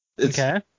Okay